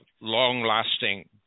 long-lasting